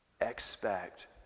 expect